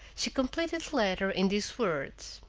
she completed the letter in these words